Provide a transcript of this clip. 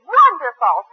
wonderful